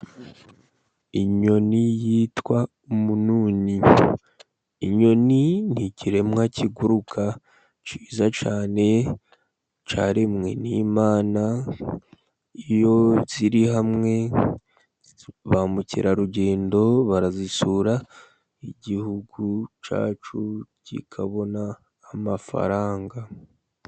Inyoni yitwa umununi, inyoni ni ikiremwa kiguruka cyiza cyane cyaremwe n'Imana. Iyo ziri hamwe ba mukerarugendo barazisura igihugu cyacu kikabona amafaranga.